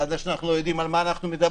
על זה שאנחנו לא יודעים על מה אנחנו מדברים.